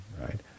right